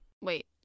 Wait